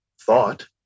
thought